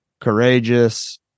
courageous